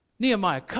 Nehemiah